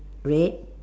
red